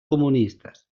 comunistes